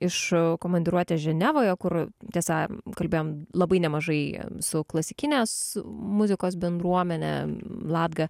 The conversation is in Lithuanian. iš komandiruotės ženevoje kur tiesa kalbėjom labai nemažai su klasikinės muzikos bendruomene latga